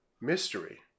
Mystery